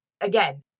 again